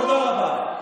תודה רבה.